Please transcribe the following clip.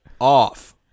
off